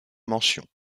mentions